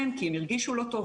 לא ספרנו את כל